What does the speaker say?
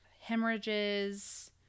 hemorrhages